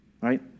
Right